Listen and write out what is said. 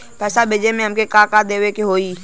पैसा भेजे में हमे का का देवे के होई?